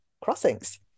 crossings